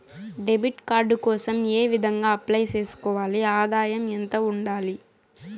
Debit card కోసం ఏ విధంగా అప్లై సేసుకోవాలి? ఆదాయం ఎంత ఉండాలి?